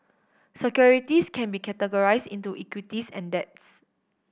securities can be categorize into equities and debts